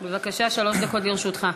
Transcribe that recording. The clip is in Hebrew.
בבקשה, שלוש דקות לרשותך.